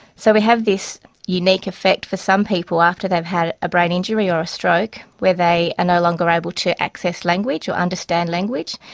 so we have this unique effect for some people after they'd had a brain injury or a stroke, where they and are no longer able to access language or understand language.